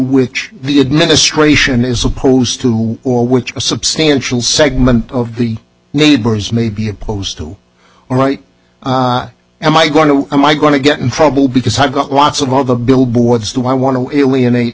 which the administration is supposed to or which a substantial segment of the neighbors may be opposed to or right am i going to am i going to get in trouble because i got lots of all the billboards do i want to eliminate